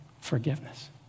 forgiveness